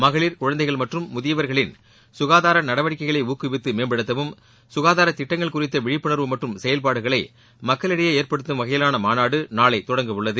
மகளிர் குழந்தைகள் மற்றும் முதியவர்களின் சுகாதார நடவடிக்கைகளை ஊக்குவித்து மேம்படுத்தவும் க்காதார திட்டங்கள் குறித்த விழிப்புணர்வு மற்றும் செயல்பாடுகளை மக்களிடையே ஏற்படுத்தம் வகையிலான மாநாடு நாளை தொடங்க உள்ளது